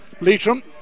Leitrim